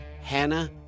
Hannah